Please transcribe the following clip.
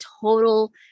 total